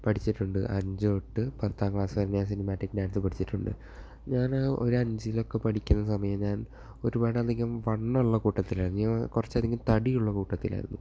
പഠിച്ചിട്ടുണ്ട് അഞ്ചു തൊട്ട് പത്താം ക്ലാസ് വരെ ഞാൻ സിനിമാറ്റിക് പഠിച്ചിട്ടുണ്ട് ഞാൻ ഒരു അഞ്ചിലൊക്കെ പഠിക്കുന്ന സമയം ഞാൻ ഒരുപാടധികം വണ്ണമുള്ള കൂട്ടത്തിലായിരുന്നു ഞാൻ കുറച്ചധികം തടിയുള്ള കൂട്ടത്തിലായിരുന്നു